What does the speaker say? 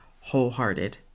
wholehearted